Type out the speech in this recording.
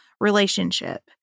relationship